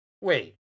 Wait